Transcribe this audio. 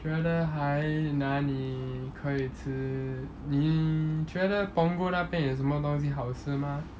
觉得还哪里可以吃你觉得 punggol 那边有什么东西好吃吗